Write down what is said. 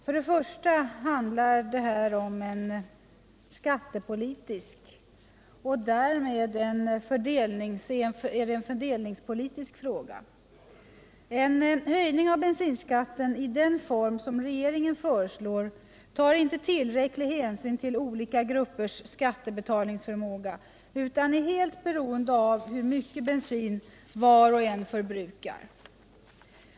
För det första handlar det här om en skattepolitisk och därmed en fördelningspolitisk fråga. En höjning av bensinskatten, i den form som regeringen föreslår, tar inte tillräcklig hänsyn till olika gruppers skattebetalningsförmåga, utan är helt beroende av hur mycket bensin var och en förbrukar.